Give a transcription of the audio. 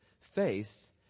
face